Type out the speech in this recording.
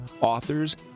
authors